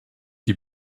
die